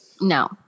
No